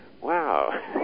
wow